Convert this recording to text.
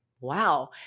wow